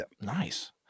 Nice